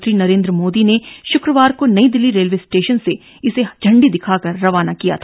प्रधानमंत्री नरेन्द्र मोदी ने शुक्रवार को नई दिल्ली रेलवे स्टेशन से इसे झंडी दिखाकर रवाना किया था